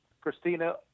Christina